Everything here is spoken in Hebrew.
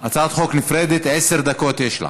הצעת חוק נפרדת, עשר דקות יש לך,